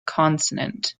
consonant